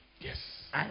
Yes